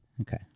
Okay